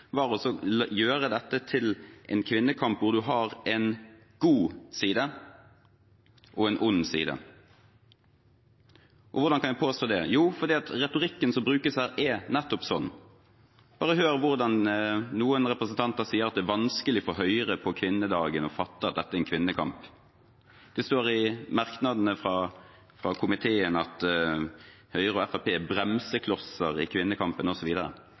gjøre dette til en kvinnekamp hvor man har en god side og en ond side. Hvordan kan jeg påstå det? Jo, fordi retorikken som brukes her, er nettopp slik. Bare hør hvordan noen representanter sier at det er vanskelig for Høyre på kvinnedagen å fatte at dette er en kvinnekamp. Det står i merknadene fra komiteen at Høyre og Fremskrittspartiet er «bremseklosser» i kvinnekampen,